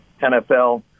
NFL